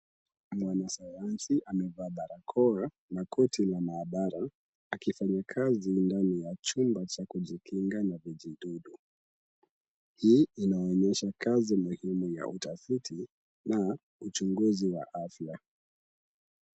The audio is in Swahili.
Mwanasayansi amevaa barakoa na koti la maabara, akifanya kazi ndani ya chumba cha kujikinga na vijidudu. Hii inaonyesha kazi muhimu ya utafiti na uchunguzi wa afya.